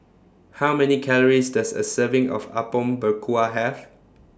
How Many Calories Does A Serving of Apom Berkuah Have